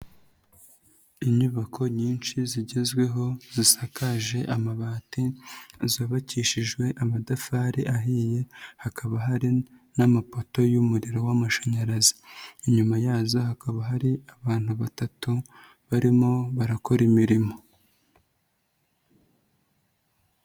Inyubako nyinshi zigezweho zisakaje amabati, zubakishijwe amatafari ahiye, hakaba hari n'amapoto y'umuriro w'amashanyarazi, inyuma yazo hakaba hari abantu batatu barimo barakora imirimo.